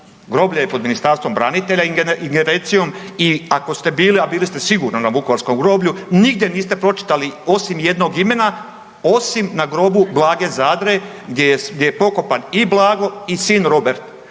Groblje je pod Ministarstvom branitelja, ingerencijom. I ako ste bili, a bili ste sigurno na Vukovarskom groblju nigdje niste pročitali osim jednog imena, osim na grobu Blage Zadre gdje je pokopan i Blago i sin Robert.